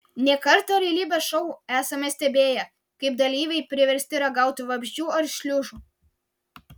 ne kartą realybės šou esame stebėję kaip dalyviai priversti ragauti vabzdžių ar šliužų